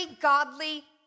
godly